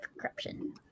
corruption